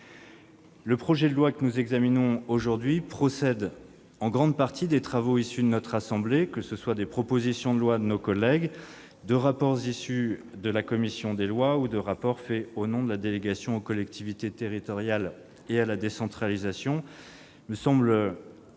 Le projet de loi que nous examinons aujourd'hui procède en grande partie des travaux issus de notre assemblée, que ce soient des propositions de loi de nos collègues, de rapports issus de la commission des lois ou de rapports faits au nom de la délégation sénatoriale aux collectivités territoriales et à la décentralisation.